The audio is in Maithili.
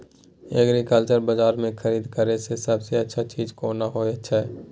एग्रीकल्चर बाजार में खरीद करे से सबसे अच्छा चीज कोन होय छै?